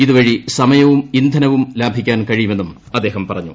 ഇതുവഴി സമയവും ഇന്ധനവും ലാഭിക്കാൻ കഴിയുമെന്നും അദ്ദേഹം പറഞ്ഞു